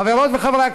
חברות וחברי הכנסת,